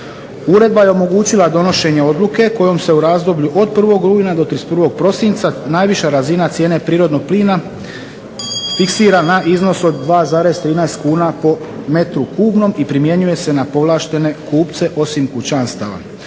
Uredba je omogućila donošenje odluke kojom se u razdoblju od 1. rujna do 31. prosinca najviša razina cijene prirodnog plina fiksira na iznos od 2,13 kuna po metru kubnom i primjenjuje se na povlaštene kupce osim kućanstava,